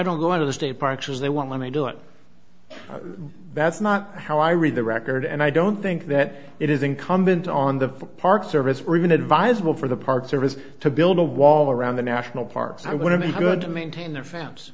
don't go out of the state parks as they won't let me do it that's not how i read the record and i don't think that it is incumbent on the park service or even advisable for the park service to build a wall around the national parks i want to be good to maintain their fans